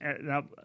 Now